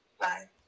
Bye